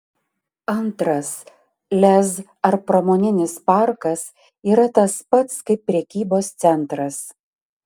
antras lez ar pramoninis parkas yra tas pats kaip prekybos centras